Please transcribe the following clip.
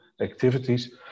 activities